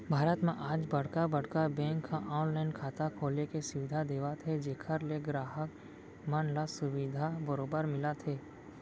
भारत म आज बड़का बड़का बेंक ह ऑनलाइन खाता खोले के सुबिधा देवत हे जेखर ले गराहक मन ल सुबिधा बरोबर मिलत हे